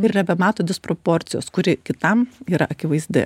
ir nebemato disproporcijos kuri kitam yra akivaizdi